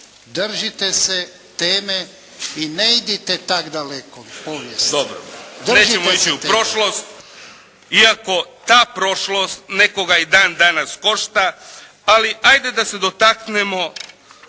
držite se teme i ne idite tako daleko povijesno. **Kajin, Damir (IDS)** Dobro nećemo ići u prošlost, iako ta prošlost nekoga i dan danas košta, ali ajde da se dotaknemo